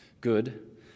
Good